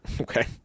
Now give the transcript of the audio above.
okay